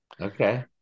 Okay